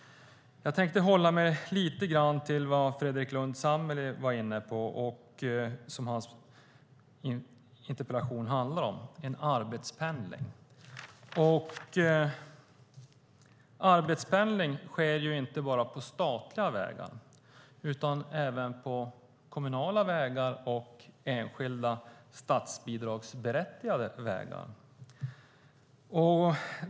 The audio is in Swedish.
Jag tänkte hålla mig till vad Fredrik Lundh Sammeli var inne på, det som hans interpellation handlar om, arbetspendling. Arbetspendling sker inte bara på statliga vägar utan även på kommunala vägar och på enskilda statsbidragsberättigade vägar.